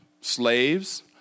slaves